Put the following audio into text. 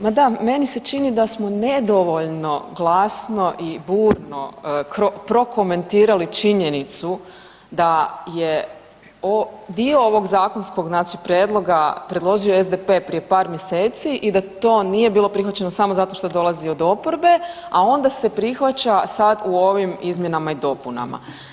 Ma da, meni se čini da smo nedovoljno glasno i burno prokomentirali činjenicu da je dio ovog zakonskog znači prijedloga predložio SDP prije par mjeseci i da to nije bilo prihvaćeno samo zato što dolazi od oporbe a onda se prihvaća sad u ovim izmjenama i dopunama.